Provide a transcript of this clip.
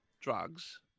drugs